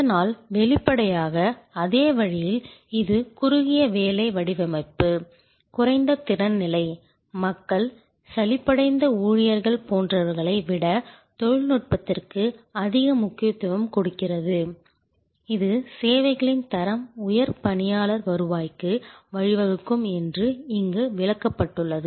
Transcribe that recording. அதனால் வெளிப்படையாக அதே வழியில் இது குறுகிய வேலை வடிவமைப்பு குறைந்த திறன் நிலை மக்கள் சலிப்படைந்த ஊழியர்கள் போன்றவர்களை விட தொழில்நுட்பத்திற்கு அதிக முக்கியத்துவம் கொடுக்கிறது இது சேவைகளின் தரம் உயர் பணியாளர் வருவாய்க்கு வழிவகுக்கும் என்று இங்கு விளக்கப்பட்டுள்ளது